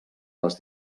les